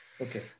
Okay